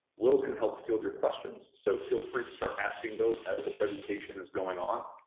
will's going to help field your questions, so feel free to start asking those as the presentation is going on,